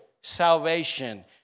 salvation